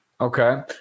Okay